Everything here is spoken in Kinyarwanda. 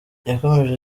yakomeje